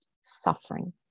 suffering